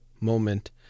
moment